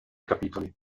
capitoli